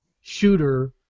shooter